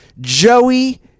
Joey